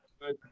good